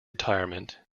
retirement